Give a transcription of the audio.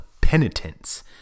penitence